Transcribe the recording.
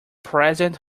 president